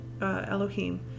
Elohim